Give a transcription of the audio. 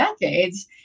decades